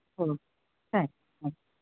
okay ಸರಿ ಆಯ್ತು